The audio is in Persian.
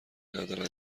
ندارن